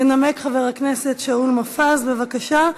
ינמק חבר הכנסת שאול מופז, בבקשה.